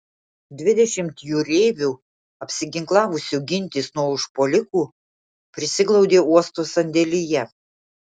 dvidešimt jūreivių apsiginklavusių gintis nuo užpuolikų prisiglaudė uosto sandėlyje